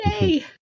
yay